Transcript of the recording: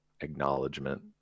acknowledgement